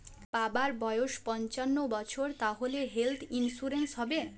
বাবার বয়স পঞ্চান্ন বছর তাহলে হেল্থ ইন্সুরেন্স হবে?